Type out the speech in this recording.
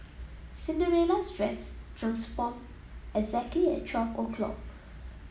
Cinderella's dress transformed exactly at twelve o'clock